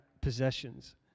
possessions